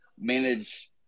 manage